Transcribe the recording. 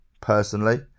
personally